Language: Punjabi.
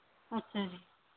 ਅੱਛਾ ਜੀ